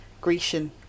Grecian